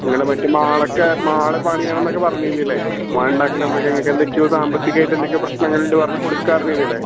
നിങ്ങളുടെ മറ്റ് മാൾ ഒക്കെ മാൾ പണിയണം എന്നൊക്കെ പറഞ്ഞിരുന്നില്ലേ മാൾ ഉണ്ടാക്കണം എന്നൊക്കെ നിങ്ങൾക്ക് എന്തൊക്കെയോ സാമ്പത്തികമായിട്ട് എന്തൊക്കെയോ പ്രശ്നങ്ങളുണ്ട് പറഞ്ഞ് കൊടുക്കുവാണ് പറഞ്ഞില്ലേ